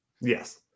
Yes